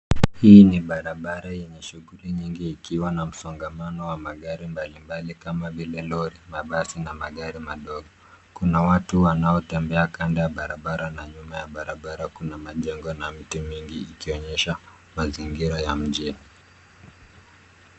Hii ni barabara yenye shughuli nyingi, ikiwa na msongamano wa magari mbalimbali kama vile lori, mabasi, na magari madogo. Kuna watu wanaotembea kando ya barabara, na nyuma ya barabara kuna majengo na miti mingi, ikionyesha mazingira ya mjini.